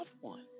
one